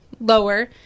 lower